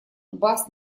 бас